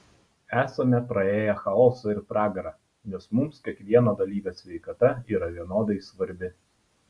esame praėję chaosą ir pragarą nes mums kiekvieno dalyvio sveikata yra vienodai svarbi